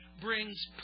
brings